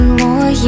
more